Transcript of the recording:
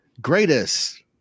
greatest